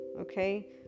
okay